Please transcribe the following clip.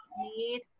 need